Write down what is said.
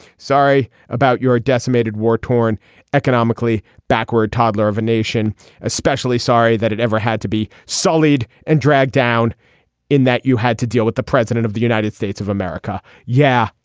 sorry about your decimated war torn economically backward toddler of a nation especially sorry that it ever had to be solid and dragged down in that you had to deal with the president of the united states of america. yeah.